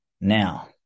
Now